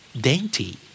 dainty